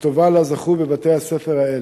הטובה שלה זכו בבתי-הספר האלה.